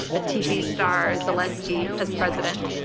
a tv star, zelensky, as president,